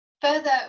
Further